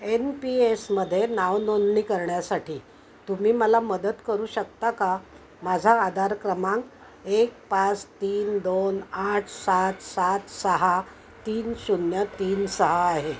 N पी एसमध्ये नावनोंदणी करण्यासाठी तुम्ही मला मदत करू शकता का माझा आधार क्रमांक एक पाच तीन दोन आठ सात सात सहा तीन शून्य तीन सहा आहे